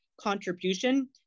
contribution